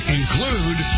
include